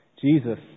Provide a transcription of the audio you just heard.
Jesus